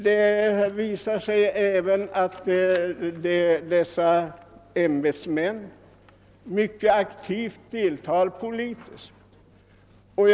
Det visar sig även att dessa ämbetsmän mycket aktivt deltar i politisk verksamhet.